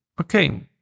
Okay